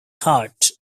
heart